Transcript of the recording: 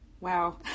Wow